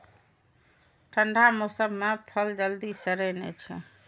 ठंढा मौसम मे फल जल्दी सड़ै नै छै